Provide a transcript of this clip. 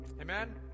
Amen